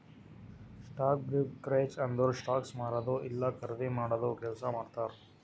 stock brokerage ಅಂದುರ್ stocks ಮಾರದು ಇಲ್ಲಾ ಖರ್ದಿ ಮಾಡಾದು ಕೆಲ್ಸಾ ಮಾಡ್ತಾರ್